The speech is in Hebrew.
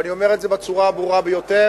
ואני אומר את זה בצורה הברורה ביותר.